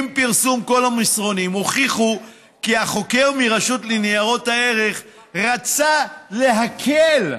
אם פרסום כל המסרונים הוכיחו כי החוקר מהרשות לניירות הערך רצה להקל,